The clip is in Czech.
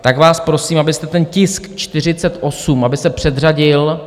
Tak vás prosím, abyste ten tisk 48, aby se předřadil.